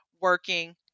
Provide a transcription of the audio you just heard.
working